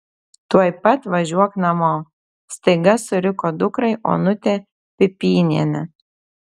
tuoj pat važiuok namo staiga suriko dukrai onutė pipynienė